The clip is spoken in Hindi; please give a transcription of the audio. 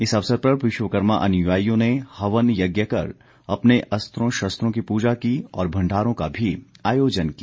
इस अवसर पर विश्वकर्मा अनुयायियों ने हवन यज्ञ कर अपने अस्त्रों शस्त्रों की पूजा की और भंडारों का भी आयोजन किया